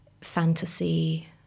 fantasy